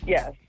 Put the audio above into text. Yes